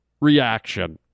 reaction